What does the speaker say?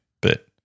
but-